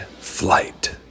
flight